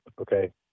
okay